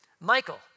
Michael